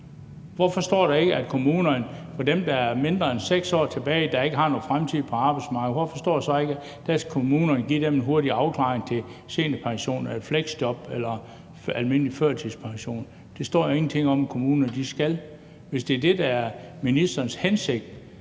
Hvorfor står der ikke, at kommunerne skal give dem, der har mindre end 6 år tilbage, og som ikke har nogen fremtid på arbejdsmarkedet, en hurtig afklaring til seniorpension eller fleksjob eller almindelig førtidspension? Det står der ingenting om at kommunerne skal. Hvis det er det, der er ministerens hensigt,